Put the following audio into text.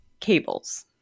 cables